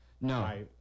No